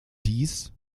dies